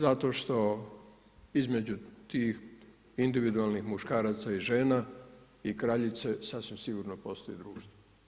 Zato što između tih individualnih muškaraca i žena i kraljice sasvim sigurno postoji društvo.